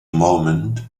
moment